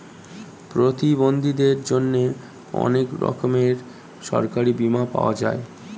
প্রতিবন্ধীদের জন্যে অনেক রকমের সরকারি বীমা পাওয়া যায়